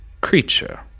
creature